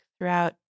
throughout